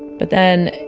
but then.